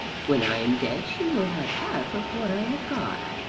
when i am dead she will have half of what i have got.